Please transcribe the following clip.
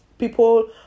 people